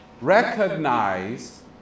recognize